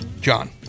John